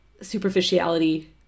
superficiality